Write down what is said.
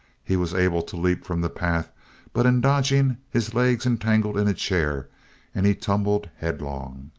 he was able to leap from the path but in dodging his legs entangled in a chair and he tumbled headlong.